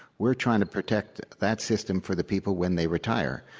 we're trying to protect that system for the people when they retire.